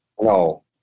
no